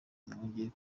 mwongeye